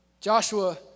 Joshua